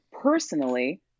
personally